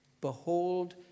Behold